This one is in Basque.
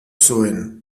zuen